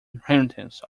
inheritance